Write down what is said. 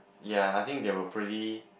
ya I think they were pretty